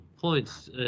points